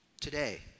Today